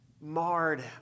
marred